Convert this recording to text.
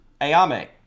ayame